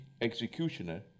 executioner